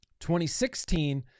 2016